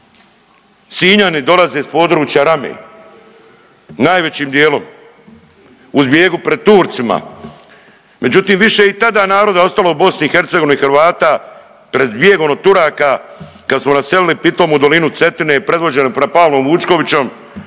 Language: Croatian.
Sinjani dolazi s područja Rame najvećim dijelom u zbjegu pred Turcima, međutim više je i tada naroda ostalo u BiH Hrvata pred bijegom od Turaka kad smo naselili pitomu Dolinu Cetine predvođeni fra Pavlom Vučkovićom